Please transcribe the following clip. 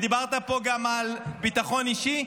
ודיברת פה גם על ביטחון אישי,